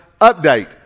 update